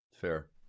fair